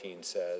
says